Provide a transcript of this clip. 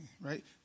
right